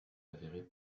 avérée